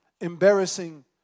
embarrassing